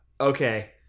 Okay